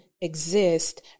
exist